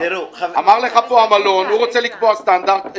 אמר לך המלון: הוא רוצה לקבוע סטנדרט.